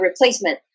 replacement